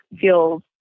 feels